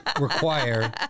require